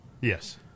Yes